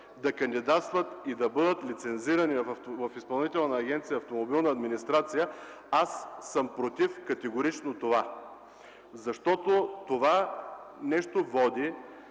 да кандидатстват и да бъдат лицензирани в Изпълнителна агенция „Автомобилна администрация”, аз съм категорично против това. Това нещо води